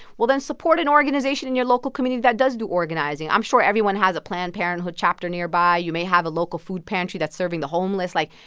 well, then support an organization in your local community that does do organizing. i'm sure everyone has a planned parenthood chapter nearby. you may have a local food pantry that's serving the homeless. like,